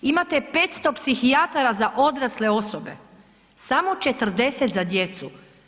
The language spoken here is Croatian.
Imate 500 psihijatara za odrasle osobe, samo 40 za djecu.